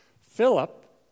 Philip